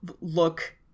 look